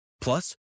Plus